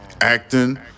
acting